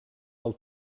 del